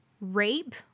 rape